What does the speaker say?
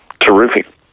terrific